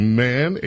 man